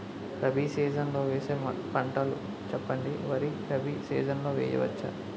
Rabi season లో వేసే పంటలు చెప్పండి? వరి రబీ సీజన్ లో వేయ వచ్చా?